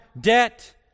debt